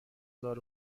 دکتر